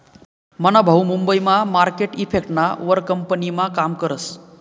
मना भाऊ मुंबई मा मार्केट इफेक्टना वर कंपनीमा काम करस